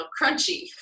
crunchy